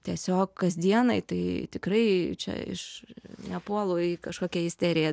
tiesiog kasdienai tai tikrai čia iš nepuolu į kažkokią isteriją